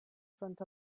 front